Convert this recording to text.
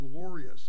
glorious